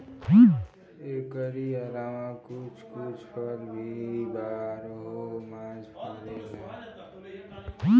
एकरी अलावा कुछ कुछ फल भी बारहो मास फरेला